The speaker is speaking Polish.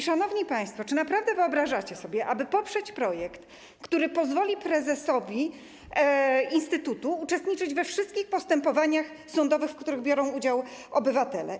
Szanowni państwo, czy naprawdę wyobrażacie sobie, aby poprzeć projekt, który pozwoli prezesowi instytutu uczestniczyć we wszystkich postępowaniach sądowych, w których biorą udział obywatele?